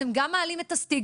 אתם גם מעלים את הסטיגמה,